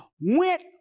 went